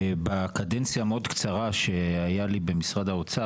בקדנציה המאוד קצרה שהייתה לי במשרד האוצר,